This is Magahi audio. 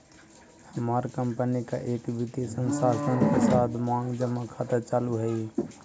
हमार कंपनी का एक वित्तीय संस्थान के साथ मांग जमा खाता चालू हई